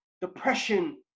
depression